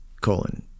colon